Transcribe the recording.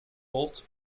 holt